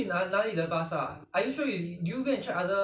没有去太多巴刹 um